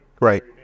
Right